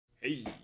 Hey